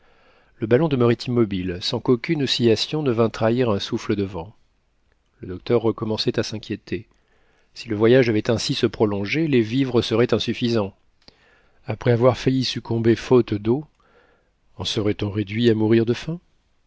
le ballon demeurait immobile sans qu'aucune oscillation ne vînt trahir un souffle de vent le docteur recommençait à s'inquiéter si le voyage devait ainsi se prolonger les vivres seraient insuffisants après avoir failli succomber faute d'eau en serait-on réduit à mourir de faim